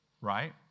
Right